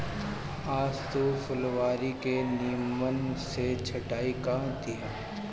आज तू फुलवारी के निमन से छटाई कअ दिहअ